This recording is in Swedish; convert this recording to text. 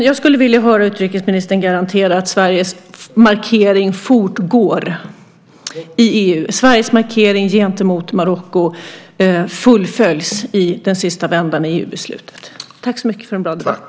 Jag skulle vilja höra utrikesministern garantera att Sveriges markering gentemot Marocko fullföljs i den sista vändan i EU-beslutet. Tack så mycket för en bra debatt!